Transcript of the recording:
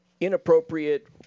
inappropriate